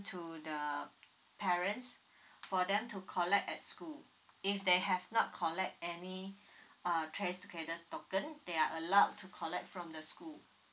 to the parents for them to collect at school if they have not collect any err trace together tokens they are allowed to collect from the school